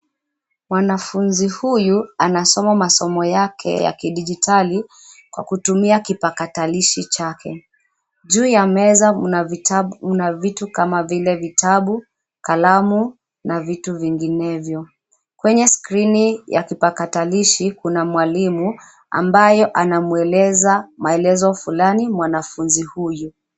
Mwanafunzi huyu, anasoma masomo yake ya kidijitali, kwa kutumia kipakatalishi chake. Juu ya meza mna vitabu mna vitu kama vile vitabu, kalamu, na vitu vinginevyo. Kwenye skrini ya kipatakilishi kuna mwalimu, ambaye anamweleza maelezo fulani mwanafunzi huyu.